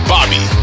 Bobby